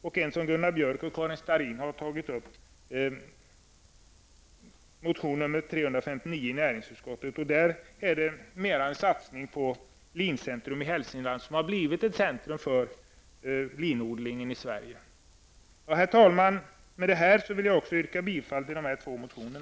Det är motion 302 av mig och Hälsningland'', som har blivit ett centrum för linodling i Sverige. Herr talman! Jag yrkar bifall även till dessa två motioner.